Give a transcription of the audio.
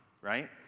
right